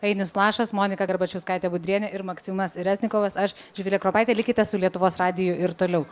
ainius lašas monika garbačiauskaitė budrienė ir maksimas reznikovas aš živilė kropaitė likite su lietuvos radiju ir toliau